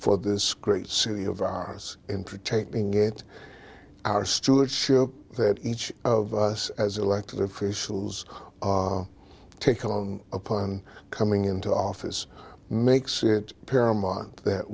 for this great city of ours in protecting it our stewardship that each of us as elected officials take on upon coming into office makes it paramount that